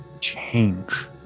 change